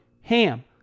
HAM